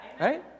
Right